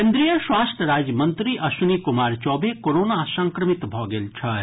केन्द्रीय स्वास्थ्य राज्यमंत्री अश्विनी कुमार चौबे कोरोना संक्रमित भऽ गेल छथि